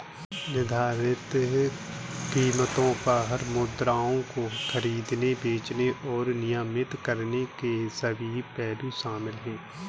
निर्धारित कीमतों पर मुद्राओं को खरीदने, बेचने और विनिमय करने के सभी पहलू शामिल हैं